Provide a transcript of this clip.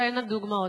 כהנה וכהנה דוגמאות.